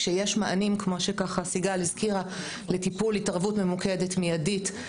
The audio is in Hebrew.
כשיש מענים כמו שסיגל הזכירה לטיפול התערבות ממוקדת מיידית,